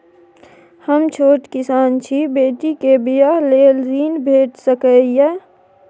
हम छोट किसान छी, बेटी के बियाह लेल ऋण भेट सकै ये?